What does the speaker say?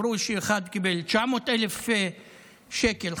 אמרו שאחד קיבל 900,000 שקלים,